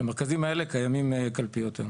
במרכזים האלה קיימים קלפיות.